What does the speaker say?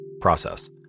process